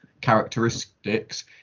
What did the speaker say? characteristics